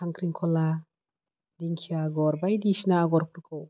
खांख्रिं खला दिंखिया आग'र बायदिसिना आग'रफोरखौ